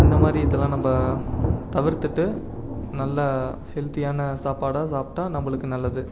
இந்தமாதிரி இதெல்லாம் நம்ம தவிர்த்துட்டு நல்லா ஹெல்த்தியான சாப்பாடாக சாப்பிட்டா நம்மளுக்கு நல்லது